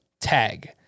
tag